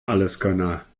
alleskönner